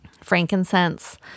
frankincense